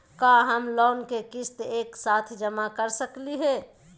का हम लोन के किस्त एक साथ जमा कर सकली हे?